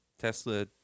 Tesla